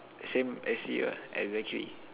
same as you lah exactly